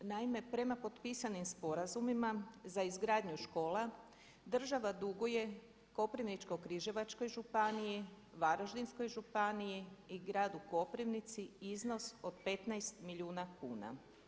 Naime, prema potpisanim sporazumima za izgradnju škola država duguje Koprivničko-križevačkoj županiji, Varaždinskoj županiji i gradu Koprivnici iznos od 15 milijuna kuna.